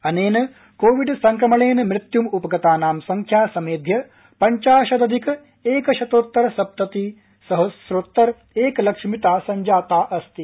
अनेन कोविड संक्रमणेन मृत्युम् उपगतांध संख्यः समेध्य पंचाशदधिक एकशतोत्तर सप्तति सहस्रोत्तर एकलक्ष मित संजाम अस्ति